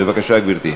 בבקשה, גברתי.